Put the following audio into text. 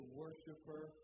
worshiper